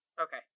Okay